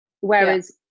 Whereas